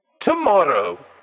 tomorrow